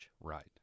Right